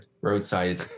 roadside